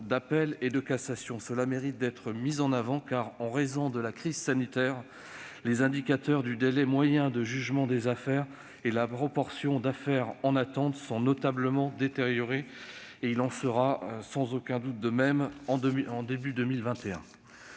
d'appel et de cassation. Cela mérite d'être souligné, car, en raison de la crise sanitaire, les indicateurs du délai moyen de jugement des affaires et la proportion de celles en attente se sont notablement détériorés. Il en sera, sans aucun doute, de même au début de